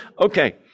Okay